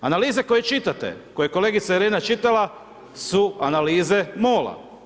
Analize koje čitate koje je kolegica Irena čitala su analize MOL-a.